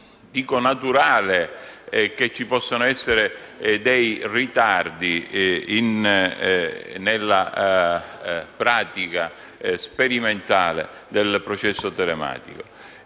quasi naturale che ci possano essere ritardi nella pratica sperimentale del processo telematico.